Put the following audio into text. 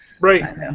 Right